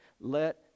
let